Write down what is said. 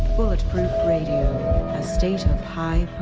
but radio, a stage of high